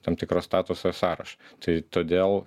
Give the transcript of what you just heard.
tam tikro statuso sąrašą tai todėl